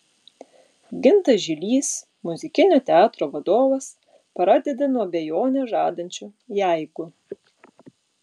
gintas žilys muzikinio teatro vadovas pradeda nuo abejonę žadančio jeigu